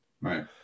right